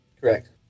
Correct